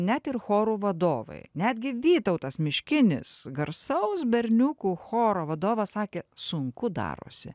net ir chorų vadovai netgi vytautas miškinis garsaus berniukų choro vadovas sakė sunku darosi